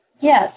Yes